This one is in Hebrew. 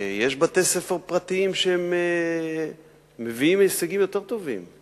יש בתי-ספר פרטיים שמביאים הישגים יותר טובים.